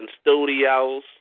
studios